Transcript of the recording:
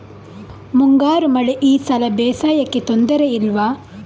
ಮುಂಗಾರು ಮಳೆ ಈ ಸಲ ಬೇಸಾಯಕ್ಕೆ ತೊಂದರೆ ಇಲ್ವ?